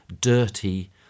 dirty